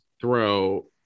Throw